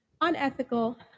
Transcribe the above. unethical